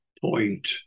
point